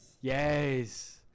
Yes